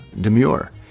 Demure